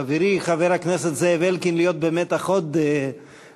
לחברי, חבר הכנסת זאב אלקין, להיות במתח עוד שעה.